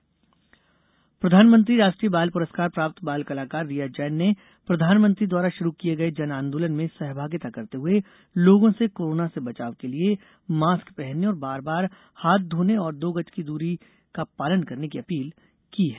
जन आंदोलन प्रधानमंत्री राष्ट्रीय बाल पुरस्कार प्राप्त बाल कलाकार रिया जैन ने प्रधानमंत्री द्वारा शुरू किये गए जन आंदोलन में सहभागिता करते हुए लोगों से कोरोना से बचाव के लिए मास्क पहनने और बार बार हाथ घोने और दो गज की दूरी का पालन करने की अपील की है